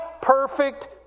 perfect